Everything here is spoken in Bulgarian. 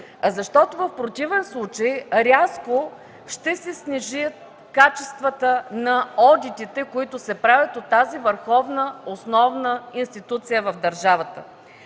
на това? В противен случай рязко ще се снижат качествата на одитите, които се правят от тази върховна, основна институция в държавата.